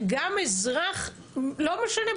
גם אזרח לא משנה,